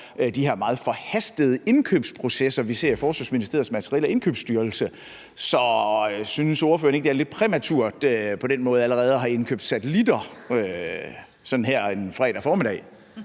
de her meget forhastede indkøbsprocesser, som vi ser i Forsvarsministeriets Materiel- og Indkøbsstyrelse. Så synes ordføreren ikke, at det er lidt præmaturt på den måde allerede at have indkøbt satellitter sådan her en fredag formiddag?